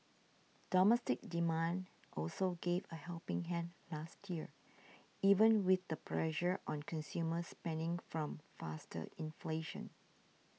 domestic demand also gave a helping hand last year even with the pressure on consumer spending from faster inflation